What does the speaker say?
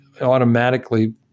automatically